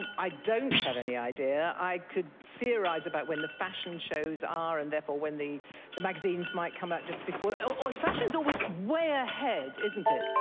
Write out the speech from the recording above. i don't have any idea. i could theorise about when the fashion shows are and therefore when the the magazines might come out just before or. fashion's always way ahead, isn't it?